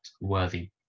worthy